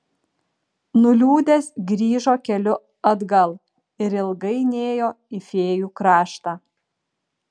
nuliūdęs grįžo keliu atgal ir ilgai nėjo į fėjų kraštą